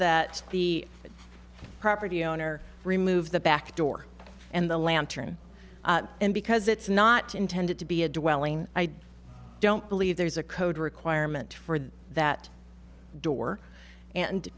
that the property owner remove the back door and the lantern and because it's not intended to be a dwelling i don't believe there is a code requirement for that door and